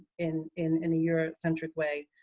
in, in in a eurocentric way,